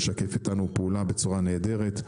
משתף אתנו פעולה בצורה נהדרת,